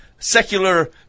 Secular